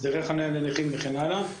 הסדרי חניה לנכים וכן הלאה.